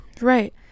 right